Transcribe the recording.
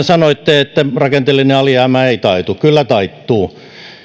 sanoitte että rakenteellinen alijäämä ei taitu kyllä taittuu